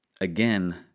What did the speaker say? Again